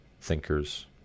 thinkers